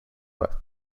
wet